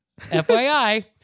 FYI